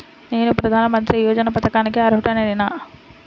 నేను ప్రధాని మంత్రి యోజన పథకానికి అర్హుడ నేన?